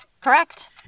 Correct